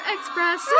Express